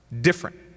Different